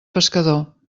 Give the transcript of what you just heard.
pescador